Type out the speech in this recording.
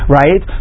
right